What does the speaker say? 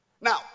Now